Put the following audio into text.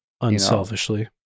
Unselfishly